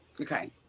Okay